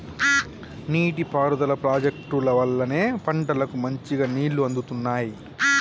నీటి పారుదల ప్రాజెక్టుల వల్లనే పంటలకు మంచిగా నీళ్లు అందుతున్నాయి